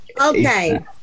Okay